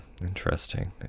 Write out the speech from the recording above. interesting